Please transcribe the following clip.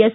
S